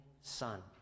son